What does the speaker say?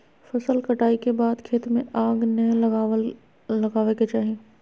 फसल कटाई के बाद खेत में आग नै लगावय के चाही